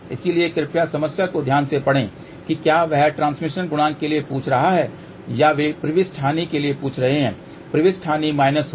इसलिए कृपया समस्या को ध्यान से पढ़ें कि क्या वह ट्रांसमिशन गुणांक के लिए पूछ रहा है या वे प्रविष्टि हानि के लिए पूछ रहे हैं प्रविष्टि हानि माइनस होगी